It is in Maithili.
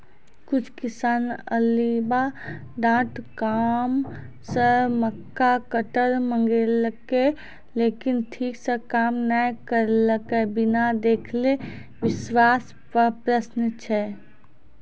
कुछ किसान अलीबाबा डॉट कॉम से मक्का कटर मंगेलके लेकिन ठीक से काम नेय करलके, बिना देखले विश्वास पे प्रश्न छै?